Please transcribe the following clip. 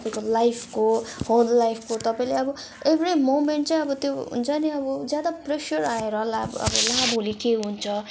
तपाईँको लाइफको होल लाइफको तपाईँले अब एभ्री मोमेन्ट चाहिँ अब त्यो हुन्छ नि अब ज्यादा प्रेसर आएर होला अब ला भोलि के हुन्छ